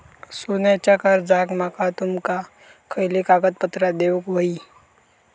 सोन्याच्या कर्जाक माका तुमका खयली कागदपत्रा देऊक व्हयी?